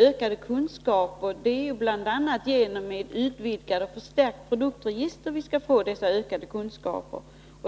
Ökade kunskaper kan vi bl.a. få genom ett utökat och förstärkt produktregister.